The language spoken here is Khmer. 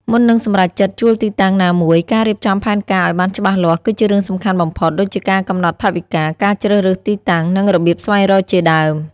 មុននឹងសម្រេចចិត្តជួលទីតាំងណាមួយ ការរៀបចំផែនការឱ្យបានច្បាស់លាស់គឺជារឿងសំខាន់បំផុត ដូចជាការកំណត់ថវិកា ការជ្រើសរើសទីតាំង និងរបៀបស្វែងរកជាដើម។